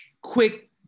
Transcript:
quick